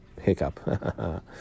hiccup